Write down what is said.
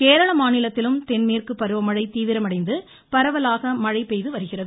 கேரள மாநிலத்திலும் தென்மேற்கு பருவமழை தீவிரமடைந்து பரவலாக மழை பெய்து வருகிறது